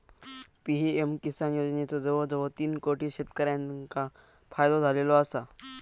PM Kisan योजनेचो जवळजवळ तीन कोटी शेतकऱ्यांका फायदो झालेलो आसा